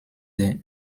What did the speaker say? der